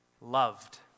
loved